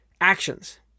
Actions